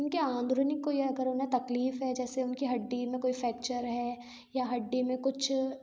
उनके अंदरूनी में कोई अगर तकलीफ है जैसे उनकी हड्डी में कोई फ्रैक्चर है या हड्डी में कुछ